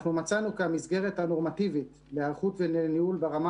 מצאנו כי המסגרת הנורמטיבית להיערכות ולניהול ברמה